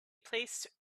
placed